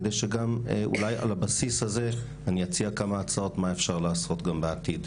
כדי שגם אולי על הבסיס הזה אני אציע כמה הצעות מה אפשר לעשות גם בעתיד.